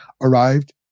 arrived